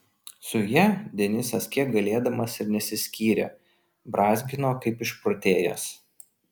su ja denisas kiek galėdamas ir nesiskyrė brązgino kaip išprotėjęs